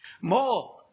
More